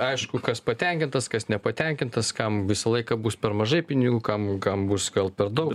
aišku kas patenkintas kas nepatenkintas kam visą laiką bus per mažai pinigų kam kam bus gal per daug